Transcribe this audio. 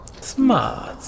Smart